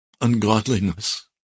Ungodliness